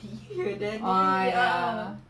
oh ya